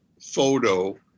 photo